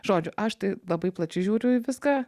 žodžiu aš tai labai plačiai žiūriu į viską